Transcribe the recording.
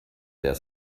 their